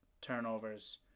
turnovers